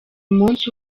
munsi